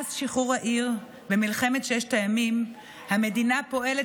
מאז שחרור העיר במלחמת ששת הימים המדינה פועלת